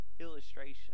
Illustration